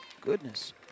Goodness